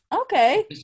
Okay